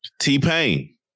T-Pain